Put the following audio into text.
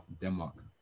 Denmark